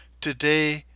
Today